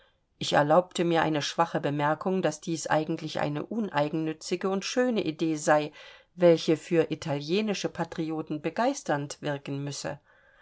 ich erlaubte mir eine schwache bemerkung daß dies eigentlich eine uneigennützige und schöne idee sei welche für italienische patrioten begeisternd wirken müsse